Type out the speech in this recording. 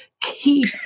keep